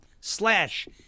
slash